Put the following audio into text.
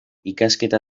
ikasketa